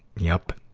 yup.